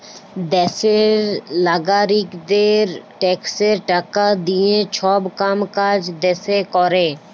দ্যাশের লাগারিকদের ট্যাক্সের টাকা দিঁয়ে ছব কাম কাজ দ্যাশে ক্যরে